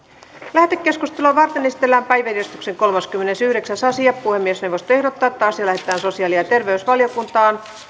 lähetekeskustelua varten esitellään päiväjärjestyksen kolmaskymmenesyhdeksäs asia puhemiesneuvosto ehdottaa että asia lähetetään sosiaali ja terveysvaliokuntaan